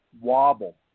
wobble